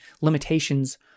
limitations